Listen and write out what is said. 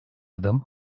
adım